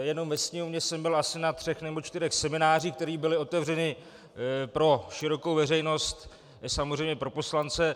Jenom ve Sněmovně jsem byl asi na třech nebo čtyřech seminářích, které byly otevřeny pro širokou veřejnost i samozřejmě pro poslance.